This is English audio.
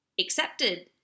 accepted